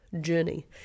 journey